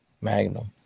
Magnum